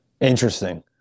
Interesting